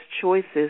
choices